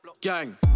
Gang